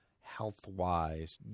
Health-wise